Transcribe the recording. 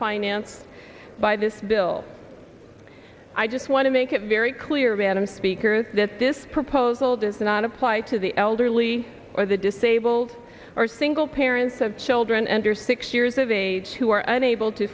finance by this bill i just want to make it very clear van and speakers that this proposal does not apply to the elderly or the disabled or single parents of children under six years of age who are unable to